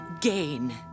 gain